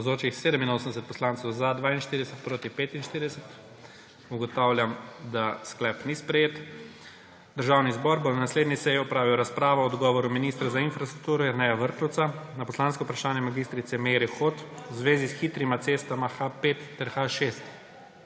42, proti 45. (Za je glasovalo 42.) (Proti 45.) Ugotavljam, da sklep ni sprejet. Državni zbor bo na naslednji seji opravil razpravo o odgovoru ministra za infrastrukturo Jerneja Vrtovca na poslansko vprašanje mag. Meire Hot v zvezi s hitrima cestama H5 ter H6.